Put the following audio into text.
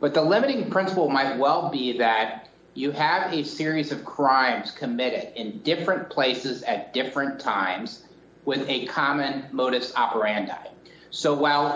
but the limiting principle might well be that you had a series of crimes committed in different places at different times with a common modus operandi so while